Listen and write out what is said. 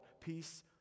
peace